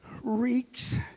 reeks